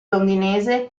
londinese